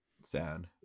sad